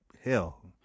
Hell